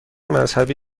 مذهبی